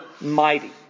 mighty